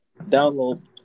Download